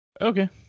Okay